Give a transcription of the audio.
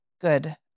good